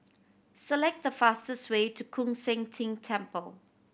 select the fastest way to Koon Seng Ting Temple